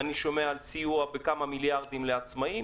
אני שומע על סיוע בכמה מיליארדים לעצמאיים,